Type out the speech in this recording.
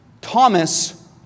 Thomas